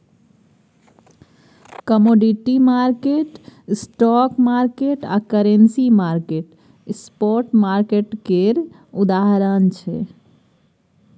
commodity market, stock market आ currency market spot market केर उदाहरण छै